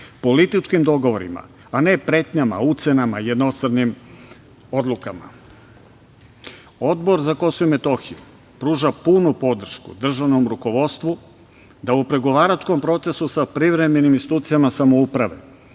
političkim dogovorima, a ne pretnjama, ucenama, jednostranim odlukama. Odbor za Kosovo i Metohiju pruža punu podršku državnom rukovodstvu da u pregovaračkom procesu sa privremenim institucijama samouprave